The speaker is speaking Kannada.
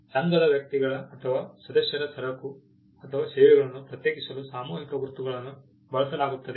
ಸಂಘದ ವ್ಯಕ್ತಿಗಳ ಅಥವಾ ಸದಸ್ಯರ ಸರಕು ಅಥವಾ ಸೇವೆಗಳನ್ನು ಪ್ರತ್ಯೇಕಿಸಲು ಸಾಮೂಹಿಕ ಗುರುತುಗಳನ್ನು ಬಳಸಲಾಗುತ್ತದೆ